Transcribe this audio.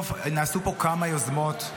נעשו פה כמה יוזמות,